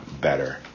better